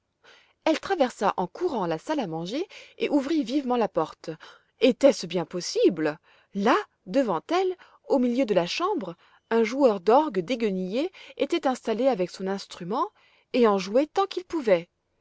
elle traversa en courant la salle à manger et ouvrit vivement la porte était-ce bien possible là devant elle au milieu de la chambre un joueur d'orgue dégueuillé était installé avec son instrument et en jouait tant qu'il pouvait